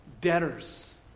debtors